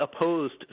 opposed